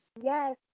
Yes